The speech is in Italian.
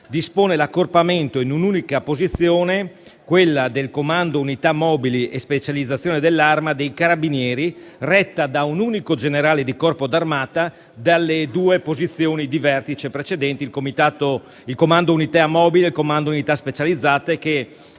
dispone l'accorpamento in un'unica posizione, quella del Comando unità mobili e specializzate dell'Arma dei carabinieri, retta da un unico generale di corpo d'armata, delle due posizioni di vertice precedenti, il Comando unità mobili e il Comando unità specializzate, che